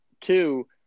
two